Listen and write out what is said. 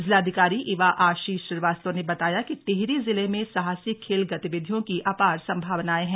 जिलाधिकारी इवा आशीष श्रीवास्तव ने बताया कि टिहरी जिले में साहसिक खेल गतिविधियों की अपार संभावनाएं हैं